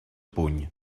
puny